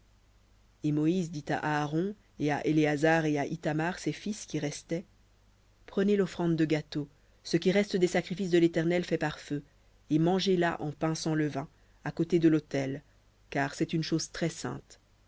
et moïse dit à aaron et à éléazar et à ithamar ses fils qui restaient prenez l'offrande de gâteau ce qui reste des sacrifices de l'éternel faits par feu et mangez la en pains sans levain à côté de l'autel car c'est une chose